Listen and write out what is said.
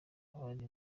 abandi